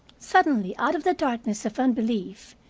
suddenly, out of the darkness of unbelief,